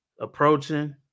approaching